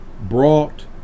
brought